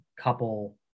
couple